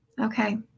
Okay